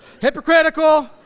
Hypocritical